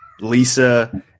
lisa